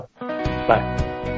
Bye